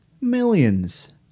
Millions